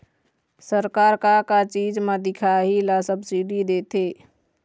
सरकार का का चीज म दिखाही ला सब्सिडी देथे?